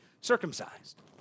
circumcised